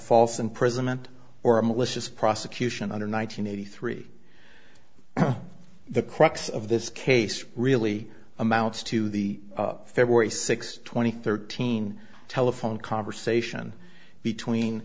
false imprisonment or a malicious prosecution under nine hundred eighty three the crux of this case really amounts to the february sixth twenty thirteen telephone conversation between